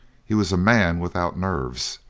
he was a man without nerves,